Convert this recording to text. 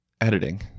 editing